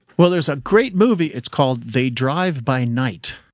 well there's a great movie. it's called they drive by night,